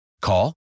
Call